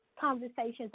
conversations